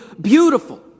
beautiful